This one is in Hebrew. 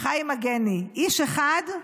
חיים מגני, איש אחד,